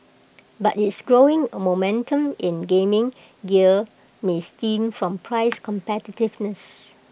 but its growing momentum in gaming gear may stem from price competitiveness